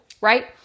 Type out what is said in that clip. right